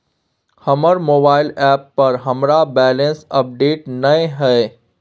हमर mobile app पर हमरा बैलेंस अपडेट नय हय